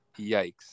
Yikes